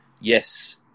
yes